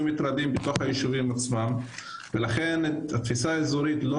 מטרדים בתוך היישובים עצמם ולכן התפיסה האזורית לא